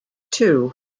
two